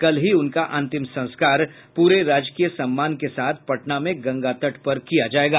कल ही उनका अंतिम संस्कार पूरे राजकीय सम्मान के साथ पटना में गंगातट पर किया जाएगा